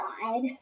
God